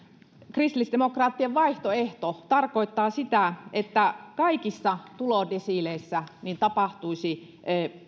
kristillisdemokraattien vaihtoehto tarkoittaa sitä että kaikissa tulodesiileissä tapahtuisi